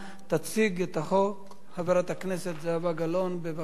תציג את החוק חברת הכנסת זהבה גלאון, בבקשה.